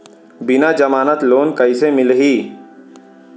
बिना जमानत लोन कइसे मिलही?